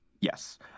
Yes